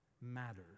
matters